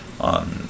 on